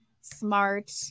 smart